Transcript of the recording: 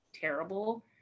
terrible